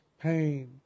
pain